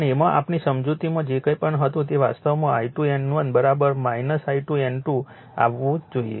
પણ એમાં આપણી સમજૂતીમાં જે કંઈ પણ હતું તે વાસ્તવમાં I2 N1 I2 N2 આવવું જોઈએ